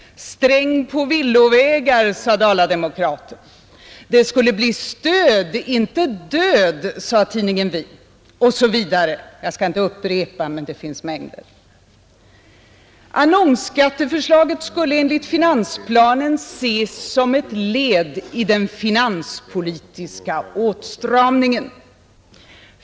Sträng på villovägar, sade Dala-Demokraten. Det skulle bli stöd, inte död, sade tidningen Vi; jag skall inte fortsätta uppräkningen, men det finns mängder. Annonsskatteförslaget skulle enligt finansplanen ses som ett led i den finanspolitiska åtstramningen.